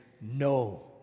no